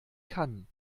kann